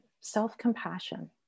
self-compassion